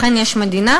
לכן יש מדינה.